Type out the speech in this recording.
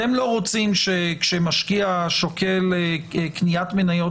אתם לא רוצים כשמשקיע שוקל קניית מניות